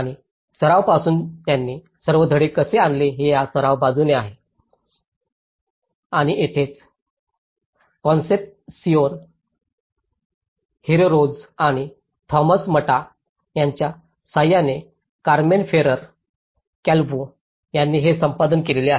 आणि सराव पासून त्यांनी सर्व धडे कसे आणले हे या सराव बाजूने आहे आणि येथेच कॉन्सेपिसियन हेररेरोस आणि टॉमस मटा यांच्या सहाय्याने कारमेन फेरर कॅल्वो यांनी हे संपादित केले आहे